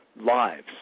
lives